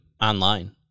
online